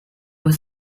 was